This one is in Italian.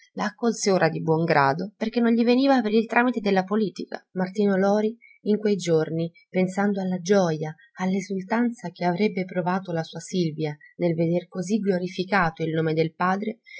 la accolse ora di buon grado perché non gli veniva per il tramite della politica martino lori in quei giorni pensando alla gioja all'esultanza che avrebbe provato la sua silvia nel veder così glorificato il nome del padre